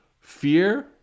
fear